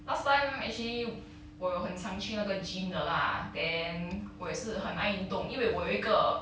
last time actually 我有很常去那个 gym 的 lah then 我也是很爱运动因为我有一个